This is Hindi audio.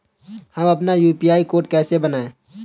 हम अपना यू.पी.आई कोड कैसे बनाएँ?